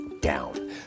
down